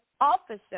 Officer